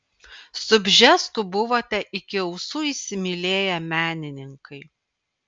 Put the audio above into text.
su bžesku buvote iki ausų įsimylėję menininkai